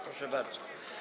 Proszę bardzo.